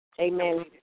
Amen